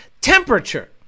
temperature